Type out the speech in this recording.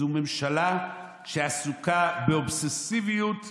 זו ממשלה שעסוקה באובססיביות בפוליטיקה.